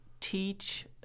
teach